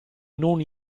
non